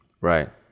Right